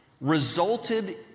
resulted